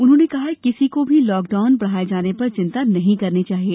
उन्होंने कहा कि किसी को भी लॉकडाउन बढाए जाने पर चिन्ता नहीं करनी चाहिए